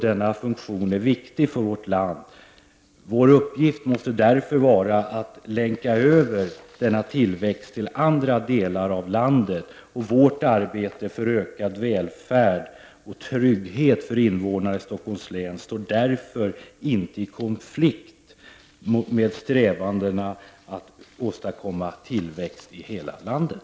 Denna funktion är viktig för vårt land. Vår uppgift måste därför vara att utgöra en länk för denna tillväxt till andra delar av landet. Vårt arbete för ökad välfärd och trygghet för invånarna i Stockholms län står därför inte i konflikt med strävandena att åstadkomma tillväxt i hela landet.